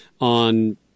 on